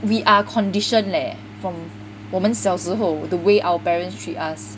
we are conditioned leh from 我们小时候 the way our parents treat us